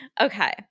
Okay